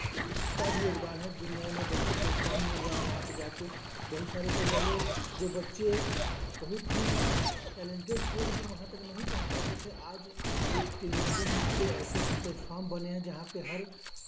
तो उसका भी योगदान है जिन नये नये बच्चे प्लेटफाॅर्म मिल रहा है वहाँ पे जा के बहुत सारे तो पहले जो बच्चे बहुत ही टैलेंटेड थे लेकिन वहाँ तक नहीं पहुँच पाते थे आज एक टेलीविजन पे ऐसे ऐसे प्लेटफॉर्म बने हैं जहाँ से हर